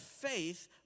faith